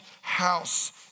house